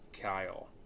Kyle